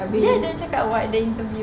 abeh